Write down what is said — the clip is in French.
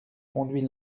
conduit